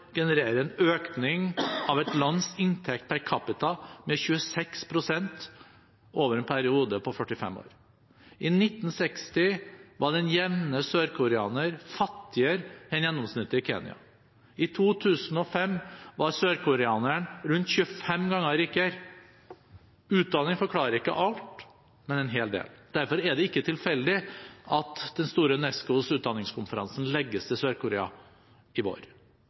genererer en økning av et lands inntekt per capita med 26 pst. over en periode på 45 år. I 1960 var den jevne sørkoreaner fattigere enn gjennomsnittet i Kenya. I 2005 var sørkoreaneren rundt 25 ganger rikere. Utdanning forklarer ikke alt, men en hel del. Derfor er det ikke tilfeldig at UNESCOs store utdanningskonferanse legges til Sør-Korea i vår.